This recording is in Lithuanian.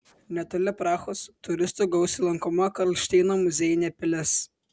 netoli prahos turistų gausiai lankoma karlšteino muziejinė pilis